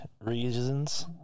reasons